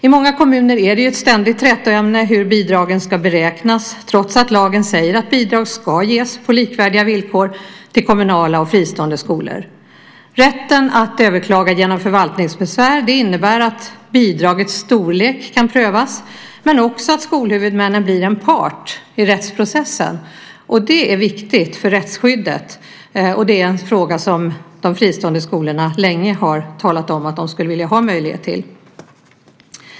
I många kommuner är det ett ständigt trätoämne hur bidragen ska beräknas, trots att lagen säger att bidrag ska ges på likvärdiga villkor till kommunala och fristående skolor. Rätten att överklaga genom förvaltningsbesvär innebär att bidragets storlek kan prövas, men också att skolhuvudmännen blir en part i rättsprocessen. Det är viktigt för rättsskyddet och det är en fråga som de fristående skolorna länge har talat om att de skulle vilja ha möjlighet till.